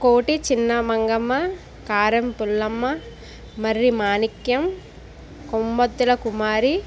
Koti Chinnamangamma Karam Pullamma Marri Manikyam Kommothula Kumari